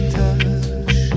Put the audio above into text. touch